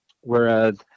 Whereas